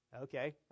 okay